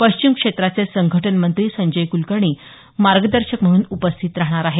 पश्चिम क्षेत्राचे संघटनमंत्री संजय कुलकर्णी मार्गदर्शक म्हणून उपस्थित राहाणार आहेत